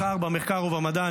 -- במסחר, במחקר ובמדע.